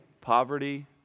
poverty